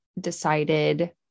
decided